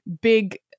big